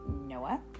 Noah